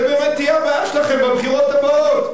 זה באמת יהיה הבעיה שלכם בבחירות הבאות.